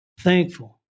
thankful